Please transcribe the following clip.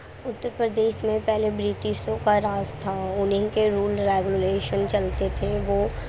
اتر پردیش میں پہلے برٹشوں کا راج تھا انہیں کے رول ریگولیشن چلتے تھے وہ